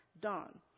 done